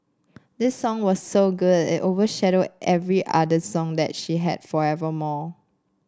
this song was so good it overshadowed every other song that she had forevermore